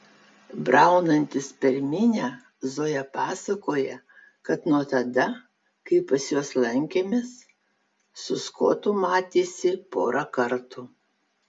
braunantis per minią zoja pasakoja kad nuo tada kai pas juos lankėmės su skotu matėsi porą kartų